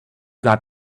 got